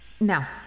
Now